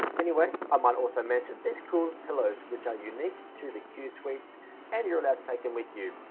anyway, i might also mention this cool pillow which are unique to the q suites and you're allowed to take them with you.